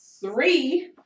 three